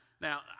Now